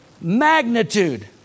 magnitude